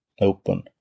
open